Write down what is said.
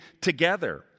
together